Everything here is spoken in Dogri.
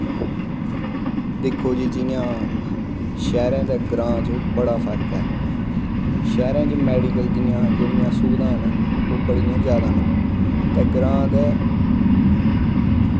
दिक्खो जी जि'यां शैह्रैं ते ग्राएं च बड़ा फर्क ऐ शैह्रैं च मैडिकल दियां जेह्ड़ियां सुविधां न ओह् बड़ियां जैदा न ते ग्राएं ते